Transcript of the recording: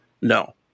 no